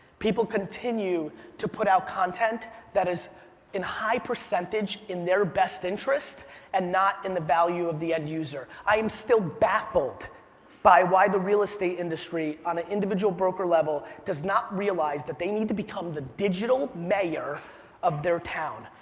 people continue to put out content that is in high percentage in their best interest and not in the value of the end user. i am still baffled by why the real estate industry on a individual broker level does not realize that they need to become the digital mayor of their town.